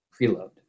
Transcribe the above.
Preload